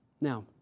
Now